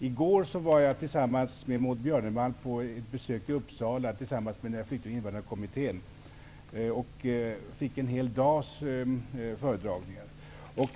I går var jag och Maud Björnemalm på besök i Uppsala tillsammans med Flykting och invandrarkommittén. Det var en hel dag med föredragningar.